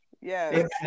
yes